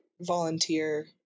volunteer